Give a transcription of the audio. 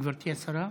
גברתי השרה.